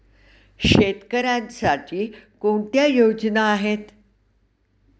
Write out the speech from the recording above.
शेतकऱ्यांसाठी कोणत्या योजना आहेत?